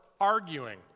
arguing